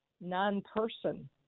non-person